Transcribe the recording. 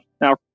now